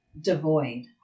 devoid